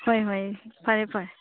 ꯍꯣꯏ ꯍꯣꯏ ꯐꯔꯦ ꯐꯔꯦ